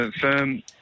firm